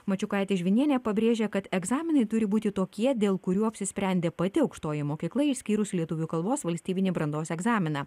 mačiukaitė žvinienė pabrėžė kad egzaminai turi būti tokie dėl kurių apsisprendė pati aukštoji mokykla išskyrus lietuvių kalbos valstybinį brandos egzaminą